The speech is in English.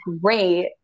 great